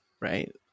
right